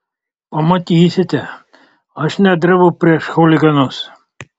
pamatysite aš nedrebu prieš chuliganus